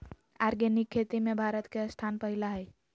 organic खेती में भारत के स्थान पहिला हइ